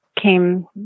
came